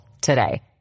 today